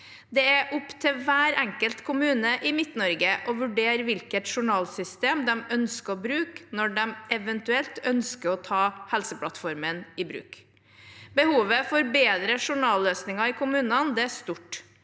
Det er opp til hver enkelt kommune i Midt-Norge å vurdere hvilket journalsystem de ønsker å bruke når de eventuelt ønsker å ta Helseplattformen i bruk. Behovet for bedre journalløsninger i kommunene er stort.